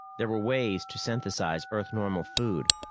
there were ways to synthesize earth-normal food,